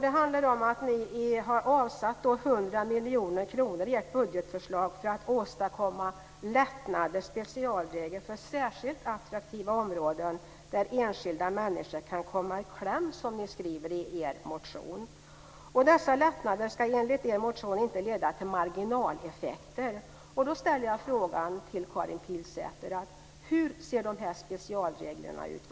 Det handlar om att ni har avsatt 100 miljoner kronor i ert budgetförslag för att åstadkomma lättnader och införa specialregler för särskilt attraktiva områden där enskilda människor kan komma i kläm, som ni skriver i er motion. Dessa lättnader ska enligt er motion inte leda till några marginaleffekter. Då ställer jag frågan till Karin Pilsäter: Hur ser dessa specialregler ut?